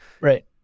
Right